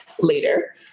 later